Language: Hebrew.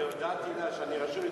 אני הודעתי לה שאני רשום.